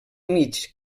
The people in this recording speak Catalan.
mig